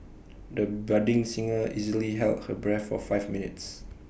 the budding singer easily held her breath for five minutes